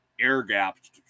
air-gapped